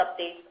updates